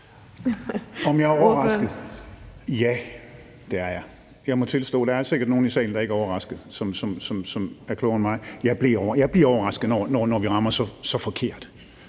Om jeg er overrasket? Ja, det er jeg. Jeg må tilstå det. Der er er sikkert nogen i salen, der ikke er overraskede, og som er klogere end mig. Jeg bliver overrasket, når vi rammer så forkert.